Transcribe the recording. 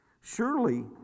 Surely